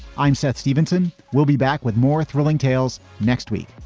i'm seth stevenson. we'll be back with more thrilling tales next week